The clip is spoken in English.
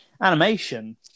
Animation